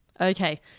Okay